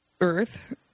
Earth